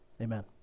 Amen